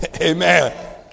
Amen